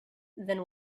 then